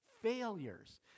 failures